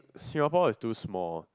Singapore is too small